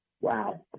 Wow